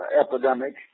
epidemic